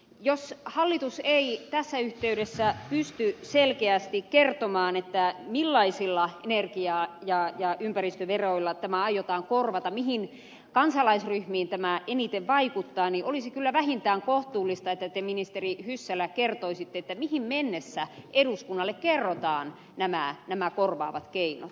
jos hallitus ei tässä yhteydessä pysty selkeästi kertomaan millaisilla energia ja ympäristöveroilla tämä aiotaan korvata mihin kansalaisryhmiin tämä eniten vaikuttaa niin olisi kyllä vähintään kohtuullista että te ministeri hyssälä kertoisitte mihin mennessä eduskunnalle kerrotaan nämä korvaavat keinot